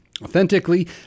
Authentically